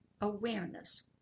awareness